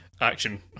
action